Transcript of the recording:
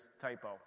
typo